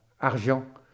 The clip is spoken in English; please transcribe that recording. Argent